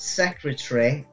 secretary